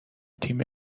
تیم